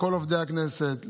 לכל עובדי הכנסת,